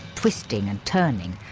twisting and turning,